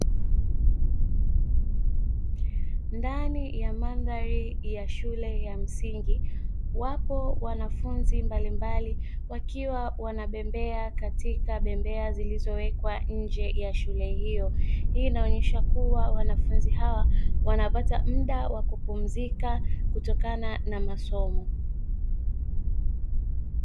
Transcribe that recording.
Ndani ya mandhari ya shule ya msingi, wapo wanafunzi mbalimbali wakiwa wanabembea katika bembea zilizowekwa nje ya shule hiyo. Hii inaonyesha kuwa wanafunzi hawa wanapata muda wa kupumzika kutokana na masomo.